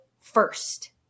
first